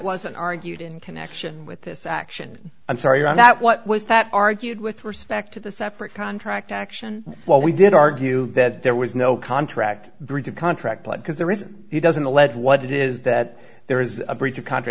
wasn't argued in connection with this action i'm sorry on that what was that argued with respect to the separate contract action well we did argue that there was no contract breach of contract because there is he does in the lead what it is that there is a breach of contr